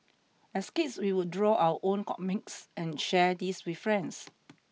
as kids we would draw our own comics and share these with friends